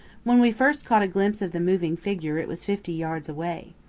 when we first caught a glimpse of the moving figure it was fifty yards away.